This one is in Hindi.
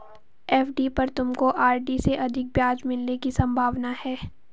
एफ.डी पर तुमको आर.डी से अधिक ब्याज मिलने की संभावना है